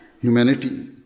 humanity